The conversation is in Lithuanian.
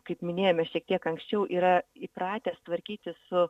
kaip minėjome šiek tiek anksčiau yra įpratęs tvarkytis su